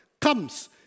comes